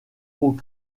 aux